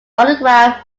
autograph